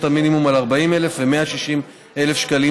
המינימום על 40,000 ו-160,000 שקלים,